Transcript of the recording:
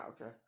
okay